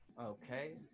Okay